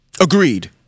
Agreed